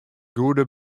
goede